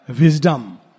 Wisdom